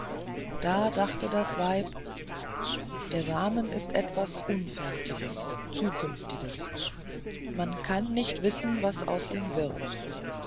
da dachte das weib der same ist etwas unfertiges zukünftiges man kann nicht wissen was aus ihm wird